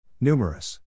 Numerous